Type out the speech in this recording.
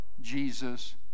Jesus